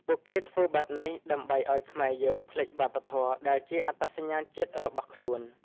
ពួកគេធ្វើបែបនេះដើម្បីឱ្យខ្មែរយើងភ្លេចវប្បធម៌ដែលជាអត្តសញ្ញាណជាតិរបស់ខ្លួន។